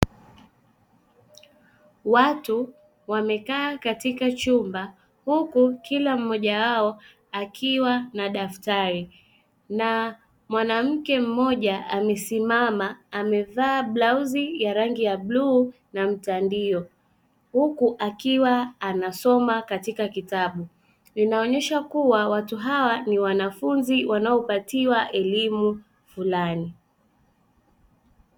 Watu wamekaa katika chumba huku kila mmoja wao akiwa na daftari, na mwanamke mmoja amesimama amevaa blauzi ya rangi ya bluu na mtandio huku akiwa anasoma katika kitabu; inaonyesha kuwa watu hawa ni wanafunzi wanaopatiwa elimu fulani.